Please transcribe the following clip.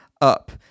up